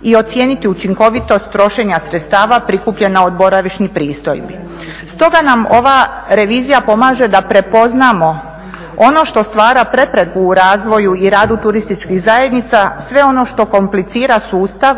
i ocijeniti učinkovitost trošenja sredstava prikupljena od boravišnih pristojbi. Stoga nam ova revizija pomaže da prepoznamo ono što stvar prepreku u razvoju i radu turističkih zajednica, sve ono što komplicira sustav